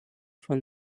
von